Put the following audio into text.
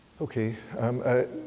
Okay